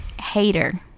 hater